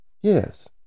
Yes